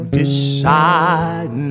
decide